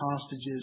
hostages